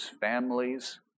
families